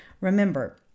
Remember